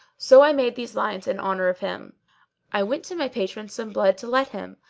so i made these lines in honour of him i went to my patron some blood to let him,